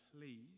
please